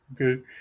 Okay